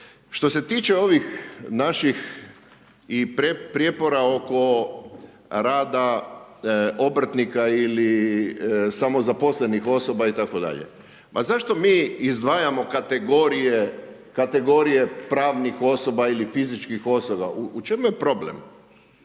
Što se tiče ovih naših prijepora oko rada obrtnika ili samozaposlenih osoba itd. Ma zašto mi izdvajamo kategorije pravnih osoba ili fizičkih osoba, u čemu je problem?